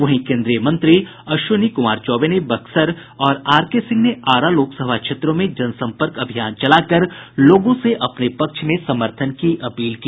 वहीं केन्द्रीय मंत्री अश्विनी कुमार चौबे ने बक्सर और आरके सिंह ने आरा लोकसभा क्षेत्रों में जनसंपर्क अभियान चलाकर लोगों से अपने पक्ष में समर्थन की अपील की